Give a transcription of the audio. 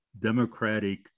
democratic